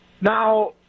now